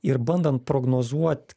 ir bandant prognozuot